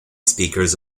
speakers